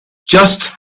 just